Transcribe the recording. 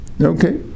Okay